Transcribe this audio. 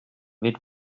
with